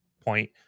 point